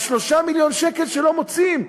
על 3 מיליון שקל שלא מוצאים,